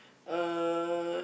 uh